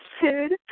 food